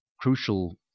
crucial